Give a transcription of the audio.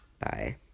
Bye